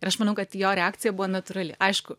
ir aš manau kad jo reakcija buvo natūrali aišku